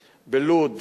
בלוד,